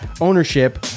ownership